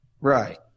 Right